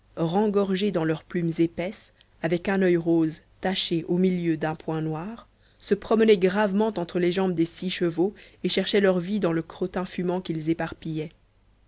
rengorgés dans leurs plumes épaisses avec un oeil rosé taché au milieu d'un point noir se promenaient gravement entre les jambes des six chevaux et cherchaient leur vie dans le crottin fumant qu'ils